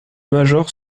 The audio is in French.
major